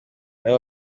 nabo